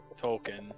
Tolkien